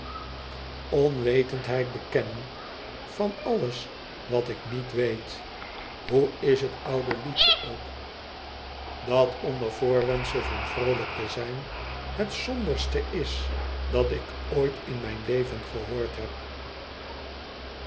bekennen van alles wat ik niet weet hoe is het oude liedje ook dat onder voorwendsel van vroolijk te zijn het somberste is dat ik ooit in mijn leven gehoord heb